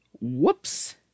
Whoops